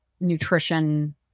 nutrition